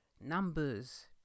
numbers